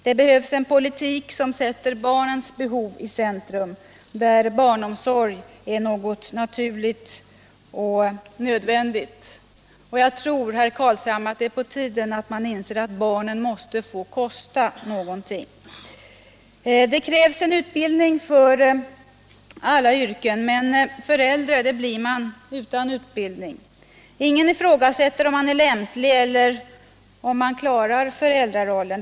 Det behövs en politik som sätter barnens behov i centrum, där barnomsorg är något naturligt och nödvändigt. Det är på tiden, herr Carlshamre, att man inser att barnen måste få kosta. Det krävs utbildning för alla yrken, men förälder blir man utan utbildning. Ingen ifrågasätter om man är lämplig eller om man klarar föräldrarollen.